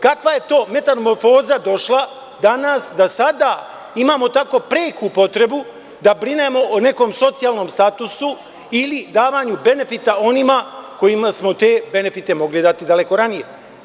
Kakva je to metamorfoza došla danas da sada imamo tako preku potrebu da brinemo o nekom socijalnom statusu ili davanju benefita onima kojima smo te benefite mogli dati daleko ranije?